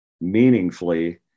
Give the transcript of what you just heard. meaningfully